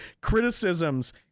criticisms